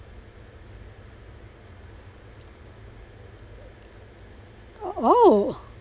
oh !ow!